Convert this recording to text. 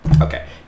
Okay